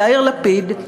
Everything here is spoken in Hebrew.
יאיר לפיד,